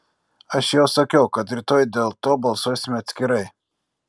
aš jau sakiau kad rytoj dėl to balsuosime atskirai